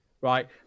Right